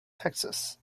texas